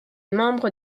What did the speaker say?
membre